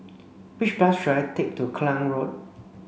which bus should I take to Klang Road